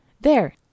There